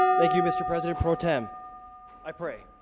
thank you mr. president pro-tem i pray